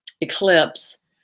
eclipse